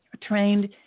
trained